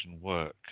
work